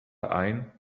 ein